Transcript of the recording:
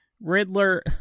Riddler